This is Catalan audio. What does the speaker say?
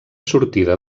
sortida